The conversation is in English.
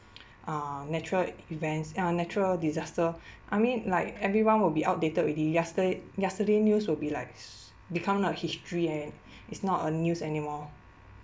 uh natural events uh natural disaster I mean like everyone will be outdated already yesterday yesterday news will be like s~ become like history and is not a news anymore